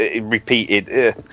Repeated